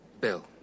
Bill